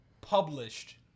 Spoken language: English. published